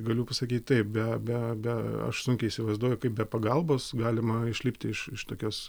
galiu pasakyt taip be be be aš sunkiai įsivaizduoju kaip be pagalbos galima išlipti iš iš tokios